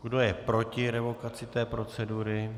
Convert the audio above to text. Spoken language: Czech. Kdo je proti revokaci té procedury?